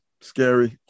Scary